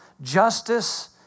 justice